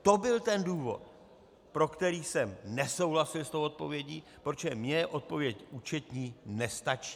To byl ten důvod, pro který jsem nesouhlasil s tou odpovědí, protože mně odpověď účetní nestačí.